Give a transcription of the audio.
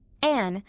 anne,